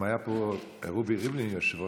אם היה פה רובי ריבלין יושב-ראש,